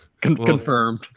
Confirmed